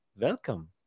welcome